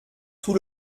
tout